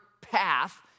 path